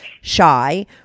shy